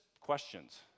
questions